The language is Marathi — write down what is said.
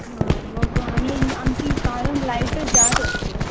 हां मग आणि आमची कायम लाईटच जात असते